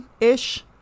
ish